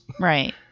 Right